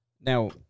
Now